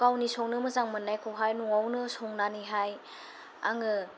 गावनि संनो मोजां मोननायखौहाय नवावनो संनानैहाय आङो